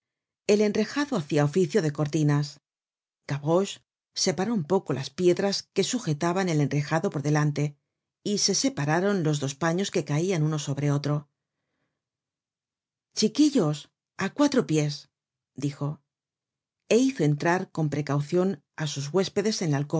el enrejado hacia oficio de cortinas gavroche separó un poco las piedras que sujetaban el enrejado por delante y se separaron los dos paños que caian uno sobre otro chiquillos á cuatro pies dijo é hizo entrar con precaucion á sus huéspedes en